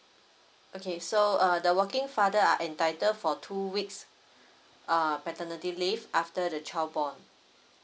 okay so err the working father are entitled for two weeks err paternity leave after the child born